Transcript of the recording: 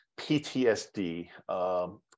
PTSD